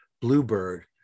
Bluebird